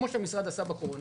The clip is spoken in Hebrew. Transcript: כמו שהמשרד עשה בקורונה,